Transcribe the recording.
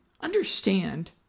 understand